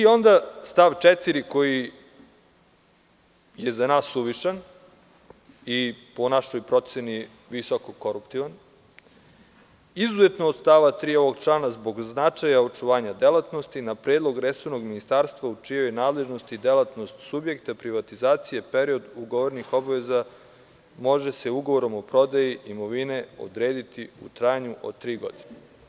Onda stav 4. koji je za nas suvišan i po našoj proceni visoko- koruptivan – izuzetno od stava 3. ovog člana zbog značaja očuvanja delatnosti na predlog resornog ministarstva u čijoj nadležnosti je delatnost subjekta privatizacije period ugovorenih obaveza može se ugovorom o prodaji imovine odrediti u trajanju od tri godine.